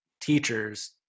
teachers